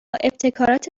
ابتکارات